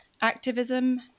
Activism